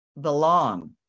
belong